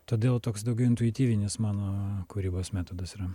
todėl toks daugiau intuityvinis mano kūrybos metodas yra